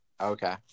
Okay